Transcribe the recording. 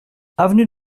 avenue